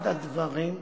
זה אחד הדברים,